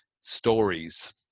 stories